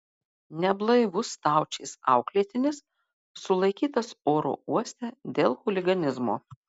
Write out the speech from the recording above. neblaivus staučės auklėtinis sulaikytas oro uoste dėl chuliganizmo